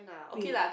wait